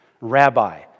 rabbi